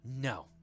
No